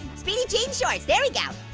speedy jean shorts, there you go.